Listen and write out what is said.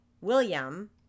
William